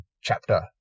chapter